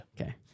Okay